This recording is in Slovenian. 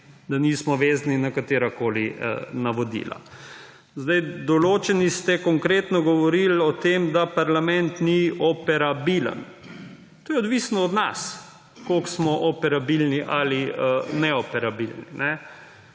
da nismo vezani na katerakoli navodila. Določeni ste konkretno govorili o tem, da parlament ni operabilen. To je odvisno od nas, koliko smo operabilni ali neoperabilni.